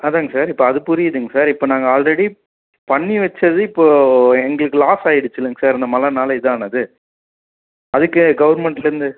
அதாங்க சார் இப்போ அது புரியுதுங்க சார் இப்போ நாங்கள் ஆல்ரெடி பண்ணி வெச்சது இப்போது எங்களுக்கு லாஸ் ஆய்டுச்சு இல்லைங்க சார் இந்த மழைனால் இதானது அதுக்கே கவுர்மெண்ட்லிருந்து